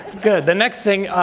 good the next thing.